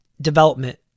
development